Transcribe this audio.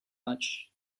much